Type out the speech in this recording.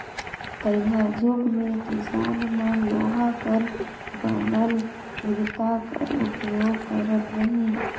तइहाजुग मे किसान मन लोहा कर बनल इरता कर उपियोग करत रहिन